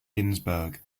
ginsberg